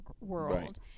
world